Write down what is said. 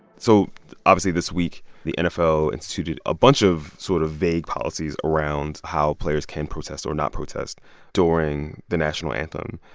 so obviously, this week, the nfl instituted a bunch of sort of vague policies around how players can protest or not protest during the national anthem.